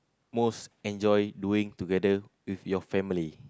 most enjoy doing together with your family